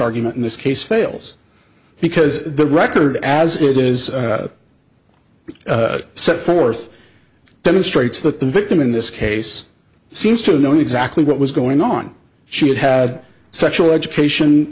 argument in this case fails because the record as it is set forth demonstrates that the victim in this case seems to know exactly what was going on she had had sexual education